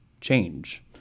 change